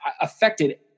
affected